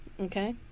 Okay